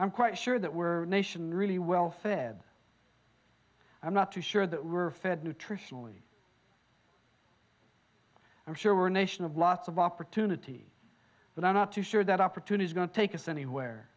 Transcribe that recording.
i'm quite sure that we're a nation really well fed i'm not too sure that we're fed nutritionally i'm sure we're a nation of lots of opportunity but i'm not too sure that opportunities going to take us anywhere